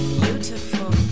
beautiful